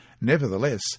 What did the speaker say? Nevertheless